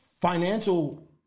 financial